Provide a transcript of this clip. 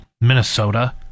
minnesota